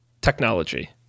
technology